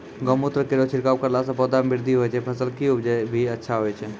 गौमूत्र केरो छिड़काव करला से पौधा मे बृद्धि होय छै फसल के उपजे भी अच्छा होय छै?